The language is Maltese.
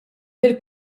mill